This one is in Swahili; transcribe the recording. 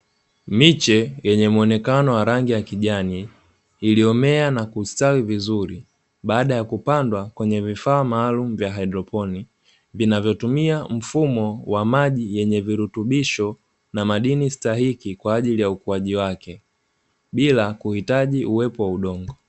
Miche yenye muonekano wa rangi ya kijani iliyomea na kustawi vizuri, baada ya kupandwa kwenye vifaa maalumu vya haidroponi, vinavyotumia mfumo wa maji wenye virutubisho na madini stahiki kwa ajili ya ukuaji wake bila kuhitaji uwepo wa udongo.